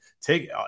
take